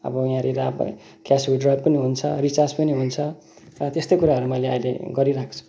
अब यहाँनिर अब है क्यास विड्रल पनि हुन्छ रिचार्ज पनि हुन्छ त्यस्तै कुराहरू मैले अहिले गरिरहेको छु